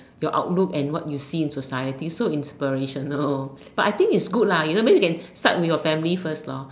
your outlook and what you see in society so inspirational but I think it's good lah you know means you can start with your family first lor